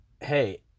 Hey